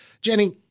Jenny